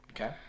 okay